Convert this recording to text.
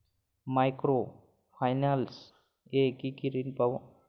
Micro finance এ কি কি ঋণ পাবো?